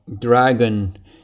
dragon